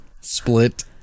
Split